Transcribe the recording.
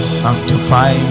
sanctify